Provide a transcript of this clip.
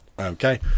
Okay